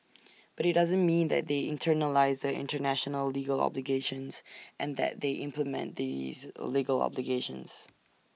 but IT doesn't mean that they internalise the International legal obligations and that they implement these legal obligations